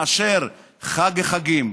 מאשר חג החגים?